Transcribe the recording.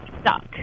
stuck